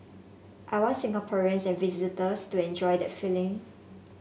I want Singaporeans and visitors to enjoy that feeling